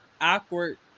awkward